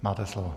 Máte slovo.